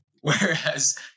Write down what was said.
Whereas